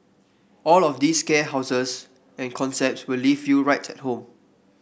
all of these scare houses and concepts will leave you right at home